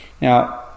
Now